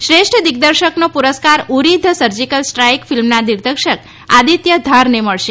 શ્રેષ્ઠ દિગ્દર્શકનો પુરસ્કાર ઉરી ધ સર્જિકલ સ્ટ્રાઈક ફિલ્મના દિગ્દર્શક આદિત્ય ધારને મળશે